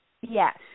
Yes